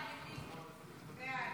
ההצעה